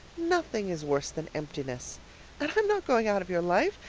nothing is worse than emptiness. and i'm not going out of your life.